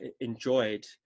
enjoyed